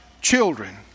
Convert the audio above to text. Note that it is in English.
children